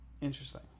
Interesting